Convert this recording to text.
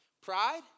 Pride